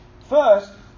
First